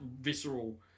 visceral